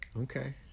Okay